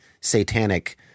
satanic